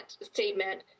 statement